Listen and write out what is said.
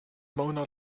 mona